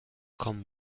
kommen